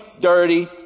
dirty